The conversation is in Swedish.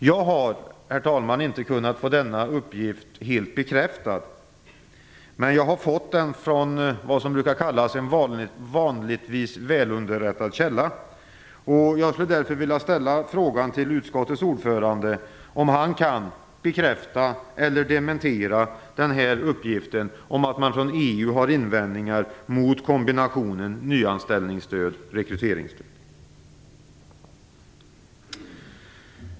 Jag har inte kunnat få denna uppgift helt bekräftad, herr talman, men jag har fått den från vad som brukar kallas en vanligtvis välunderrättad källa. Jag skulle därför vilja ställa frågan till utskottets ordförande, om han kan bekräfta eller dementera uppgiften om att EU har invändningar mot kombinationen av nyanställningsstöd och rekryteringsstöd.